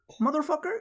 motherfucker